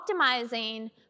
optimizing